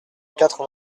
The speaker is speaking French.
quatre